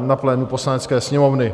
na plénu Poslanecké sněmovny.